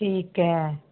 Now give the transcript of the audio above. ਠੀਕ ਹੈ